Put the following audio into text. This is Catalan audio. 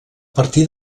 partir